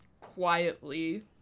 quietly